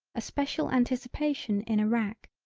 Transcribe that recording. a special anticipation in a rack,